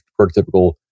prototypical